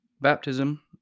baptism